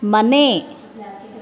ಮನೆ